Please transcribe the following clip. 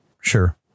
sure